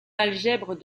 algèbre